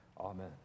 amen